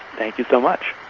thank you so much